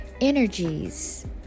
Energies